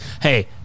hey